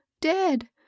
dead